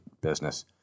business